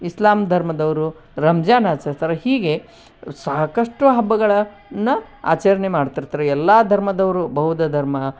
ಇಸ್ಲಾಮ್ ಧರ್ಮದವ್ರು ರಂಜಾನ್ ಆಚರಿಸ್ತಾರೆ ಹೀಗೆ ಸಾಕಷ್ಟು ಹಬ್ಬಗಳನ್ನು ಆಚರಣೆ ಮಾಡ್ತಿರ್ತಾರೆ ಎಲ್ಲ ಧರ್ಮದವರು ಬೌದ್ಧ ಧರ್ಮ